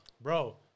bro